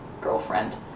girlfriend